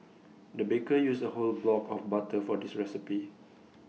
the baker used A whole block of butter for this recipe